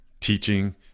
teaching